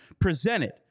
presented